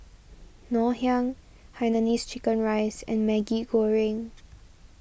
Ngoh Hiang Hainanese Chicken Rice and Maggi Goreng